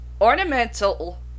ornamental